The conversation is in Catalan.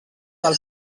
del